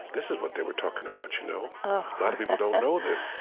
this is what they were talking about, you know? a lot of people don't know this.